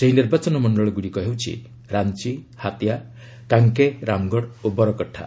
ସେହି ନିର୍ବାଚନମଣ୍ଡଳୀଗୁଡ଼ିକ ହେଉଛି ରାଞ୍ଚ ହାତିଆ କାଙ୍କେ ରାମଗଡ଼ ଓ ବରକଠା